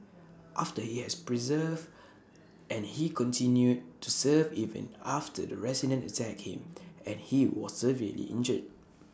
after he has persevered and he continued to serve even after the resident attacked him and he was severely injured